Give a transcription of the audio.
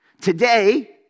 Today